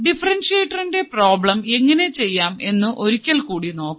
ഡിഫറെൻഷ്യറ്ററിന്റെ problem എങ്ങനെ ചെയ്യണം എന്നും ഒരിക്കൽ കൂടി നോക്കണം